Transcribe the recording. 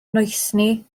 noethni